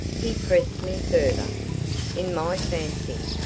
he pressed me further. in my fancy,